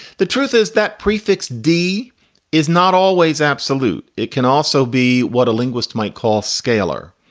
the truth is that prefix d is not always absolute. it can also be what a linguist might call scalar.